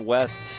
West